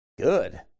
Good